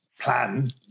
plan